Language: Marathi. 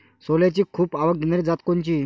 सोल्याची खूप आवक देनारी जात कोनची?